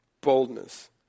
Boldness